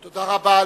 תודה רבה.